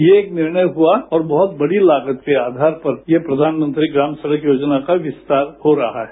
यह एक निर्णय हुआ और एक बहुत बड़ी लागत के आधार पर ये प्रधानमंत्री ग्राम सडक योजना का विस्तार हो रहा है